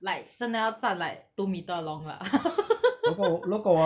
like 真的要站 like two metre long lah